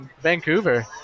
Vancouver